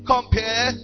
compare